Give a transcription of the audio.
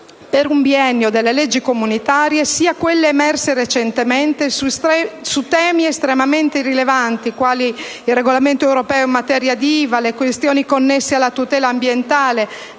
per un biennio delle leggi comunitarie, sia a quelle emerse recentemente su temi estremamente rilevanti, quali, ad esempio, il regolamento europeo in materia di IVA, le questioni connesse alla tutela ambientale,